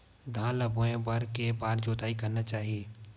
धान ल बोए बर के बार जोताई करना चाही?